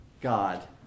God